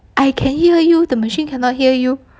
I can hear you the machine cannot hear you